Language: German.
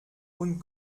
und